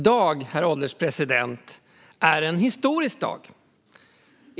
Herr ålderspresident! I dag är en historisk dag.